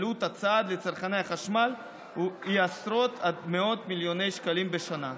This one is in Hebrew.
העלות של הצעד לצרכני החשמל היא עשרות עד מאות מיליוני שקלים בשנה.